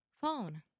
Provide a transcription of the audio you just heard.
phone